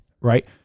right